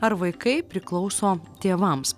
ar vaikai priklauso tėvams